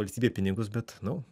valstybė pinigus bet nu